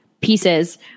pieces